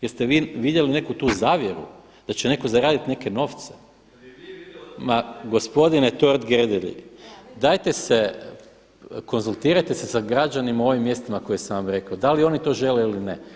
Jeste vi vidjeli neku tu zavjeru da će netko zaraditi neke novce? … [[Upadica se ne čuje.]] Ma gospodine Totgergeli, dajte se, konzultirajte se sa građanima u ovim mjestima koje sam vam rekao, da li oni to žele ili ne.